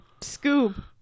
Scoob